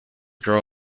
grow